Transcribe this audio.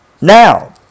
Now